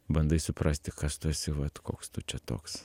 bandai suprasti kas tu esi vat koks tu čia toks